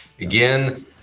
again